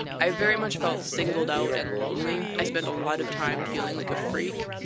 i very much felt singled out and lonely. i spent a lot of time feeling like a freak.